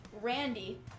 Randy